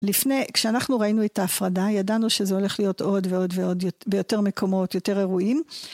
לפני, כשאנחנו ראינו את ההפרדה, ידענו שזה הולך להיות עוד ועוד ועוד ביותר מקומות, יותר אירועים.